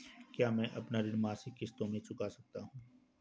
क्या मैं अपना ऋण मासिक किश्तों में चुका सकता हूँ?